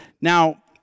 Now